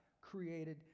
created